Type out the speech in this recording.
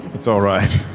it's all right.